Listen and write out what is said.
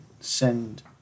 send